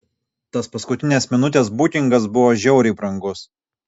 tas paskutinės minutės bukingas buvo žiauriai brangus